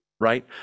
right